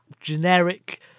generic